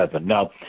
Now